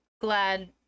glad